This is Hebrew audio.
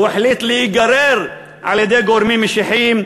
הוא החליט להיגרר על-ידי גורמים משיחיים,